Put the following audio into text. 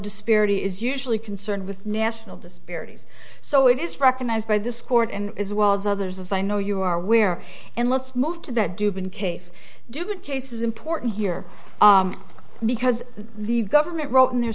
disparity is usually concerned with national disparities so it is recognized by this court and as well as others as i know you are aware and let's move to that dubin case dugard case is important here because the government wrote in their